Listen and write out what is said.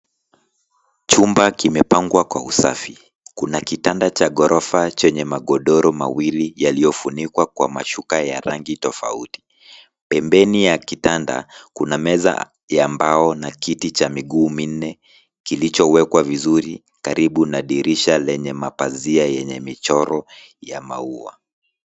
Chumba kimepangwa kwa usafi. Kuna kitanda cha ghorofa chenye magodoro mawili yaliyofunikwa kwa mashuka ya rangi tofauti. Pembeni ya kitanda kuna meza ya mbao na kiti cha miguu minne kilichowekwa vizuri karibu na dirisha lenye mapazia yenye michoro ya maua.